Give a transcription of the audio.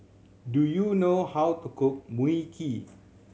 do you know how to cook Mui Kee